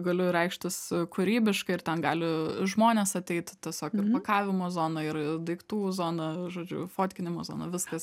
galiu reikštis kūrybiškai ir ten gali žmonės ateit tiesiog ir pakavimo zona ir daiktų zona žodžiu fotkinimo zona viskas